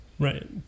Right